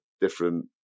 different